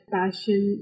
passion